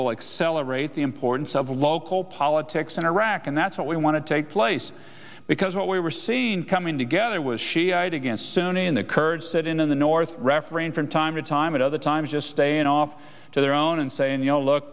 accelerate the importance of local politics in iraq and that's what we want to take place because what we were seeing coming together was shiite against sunni and the kurds that in in the north reference from time to time at other times just staying off to their own and saying look